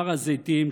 הר הזיתים,